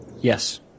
Yes